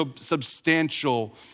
substantial